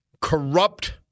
corrupt